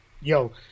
yo